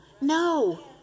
no